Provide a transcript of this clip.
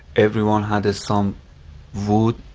everyone had some wood,